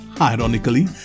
Ironically